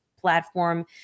platform